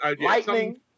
lightning